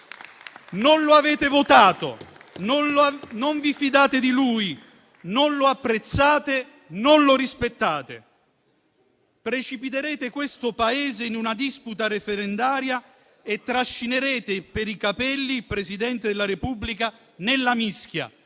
Non lo avete votato, non vi fidate di lui, non lo apprezzate, non lo rispettate. Farete precipitare questo Paese in una disputa referendaria e trascinerete per i capelli il Presidente della Repubblica nella mischia,